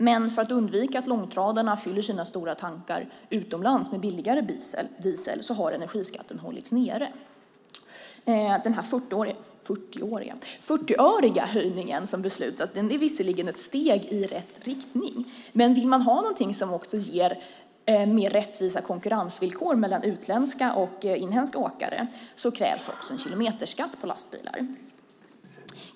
Men för att undvika att långtradarna fyller sina stora tankar utomlands med billigare diesel har energiskatten hållits nere. Denna 40-öriga höjning som har beslutats är visserligen ett steg i rätt riktning, men vill man ha någonting som också ger mer rättvisa konkurrensvillkor mellan utländska och inhemska åkare krävs det också en kilometerskatt på lastbilar.